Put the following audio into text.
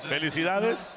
Felicidades